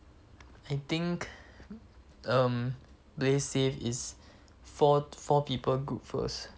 I think um play safe is four four people group first